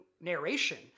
narration